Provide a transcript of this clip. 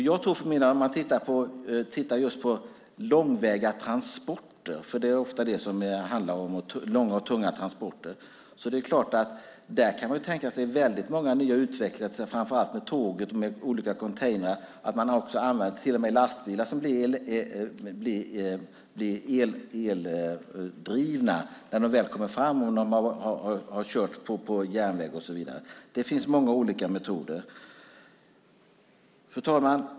Ofta handlar det om långa och tunga transporter. Där kan man tänka sig väldigt många nya utvecklingar, framför allt med tåg och olika containrar. Man har till och med använt lastbilar som har körts på järnväg och som blir eldrivna när de väl kommer fram. Fru talman!